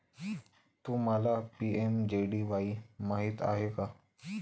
तुम्हाला पी.एम.जे.डी.वाई माहित आहे का?